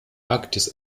arktis